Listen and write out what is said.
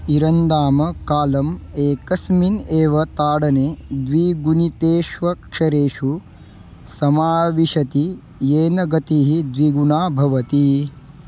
इरन्दाम् कालम् एकस्मिन् एव ताडने द्विगुणितेष्वक्षरेषु समाविशति येन गतिः द्विगुणा भवति